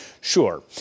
sure